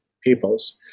peoples